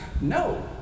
no